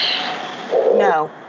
No